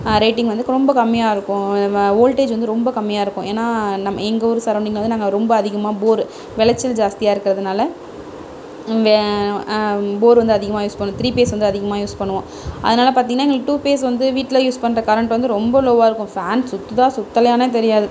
rating வந்து ரொம்ப கம்மியாக இருக்கும் ம ஓல்ட்டேஜ் வந்து ரொம்ப கம்மியாக இருக்கும் ஏன்னா நம்ம எங்கள் ஊர் சரௌண்டிங்கில் வந்து நாங்கள் ரொம்ப அதிகமாக போரு வெளைச்சல் ஜாஸ்தியாக இருக்கிறதுனால போரு வந்து அதிகமாக யூஸ் பண்ணுவோம் த்ரீ பேஸ் வந்து அதிகமாக யூஸ் பண்ணுவோம் அதனால் பார்த்தீங்கன்னா எங்களுக்கு டூ பேஸ் வந்து வீட்டில் யூஸ் பண்ணுற கரெண்ட் வந்து ரொம்ப லோவாக இருக்கும் ஃபேன் சுற்றுதா சுற்றலயான்னே தெரியாது